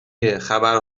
گهخبر